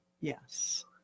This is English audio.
Yes